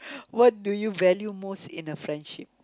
what do you value most in a friendship